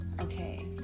okay